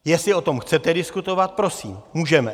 Jestli o tom chcete diskutovat, prosím, můžeme.